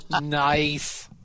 Nice